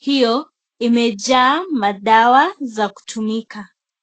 hiyo imejaa madawa za kutumika.